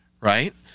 right